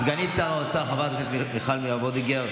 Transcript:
סגנית שר האוצר חברת הכנסת מיכל וולדיגר,